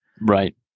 Right